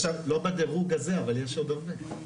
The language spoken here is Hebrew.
לא בדירוג הזה, אבל יש עוד הרבה.